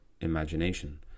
imagination